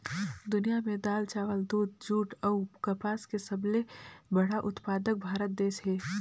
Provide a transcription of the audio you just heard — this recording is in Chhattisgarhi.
दुनिया में दाल, चावल, दूध, जूट अऊ कपास के सबले बड़ा उत्पादक भारत देश हे